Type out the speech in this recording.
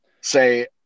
say